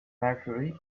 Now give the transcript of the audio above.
mercury